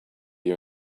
you